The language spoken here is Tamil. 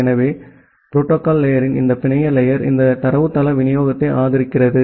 எனவே புரோட்டோகால் லேயரின் இந்த பிணைய லேயர் இந்த தரவுத்தள விநியோகத்தை ஆதரிக்கிறது